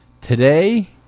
Today